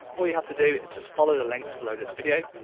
all you have to do is just follow the links below this video.